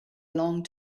long